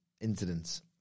incidents